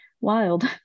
Wild